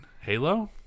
Halo